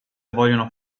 vogliono